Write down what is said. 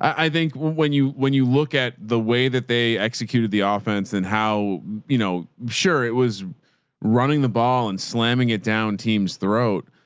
i think when you, when you look at the way that they executed the offense and how you know sure it was running the ball and slamming it down team's throat,